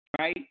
right